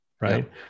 right